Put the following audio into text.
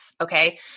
okay